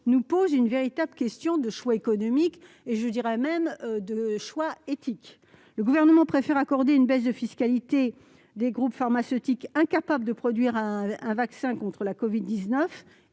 Cela pose une véritable question de choix économiques, voire de choix éthiques. Le Gouvernement préfère accorder une baisse de fiscalité à des groupes pharmaceutiques incapables de produire un vaccin contre le covid-19